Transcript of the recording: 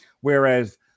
Whereas